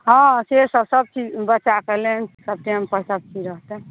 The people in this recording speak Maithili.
हँ से सभ सभचीज बच्चाके लँच सभ टाइमपर सभचीज रहतै